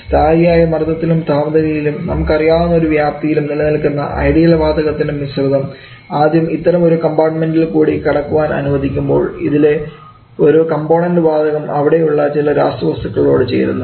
സ്ഥായിയായ മർദ്ദത്തിലും താപനിലയിലും നമുക്കറിയാവുന്ന ഒരു വ്യാപ്തിയിലും നിലനിൽക്കുന്ന ഐഡിയൽ വാതകത്തിൻറെ മിശ്രിതം ആദ്യം ഇത്തരം ഒരു കമ്പാർട്ട്മെൻറ്ഇൽ കൂടി കടക്കാൻ അനുവദിക്കുമ്പോൾ ഇതിലെ ഒരു കംപോണൻറ് വാതകം അവിടെയുള്ള ചില രാസവസ്തുക്കളോട് ചേരുന്നു